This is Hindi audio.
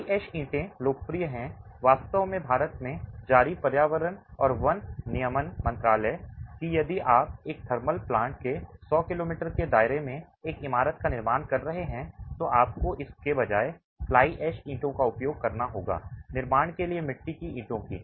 फ्लाई ऐश ईंटें लोकप्रिय हैं वास्तव में भारत में जारी पर्यावरण और वन नियमन मंत्रालय है कि यदि आप एक थर्मल प्लांट के सौ किलोमीटर के दायरे में एक इमारत का निर्माण कर रहे हैं तो आपको इसके बजाय फ्लाई ऐश ईंटों का उपयोग करना होगा निर्माण के लिए मिट्टी की ईंटों की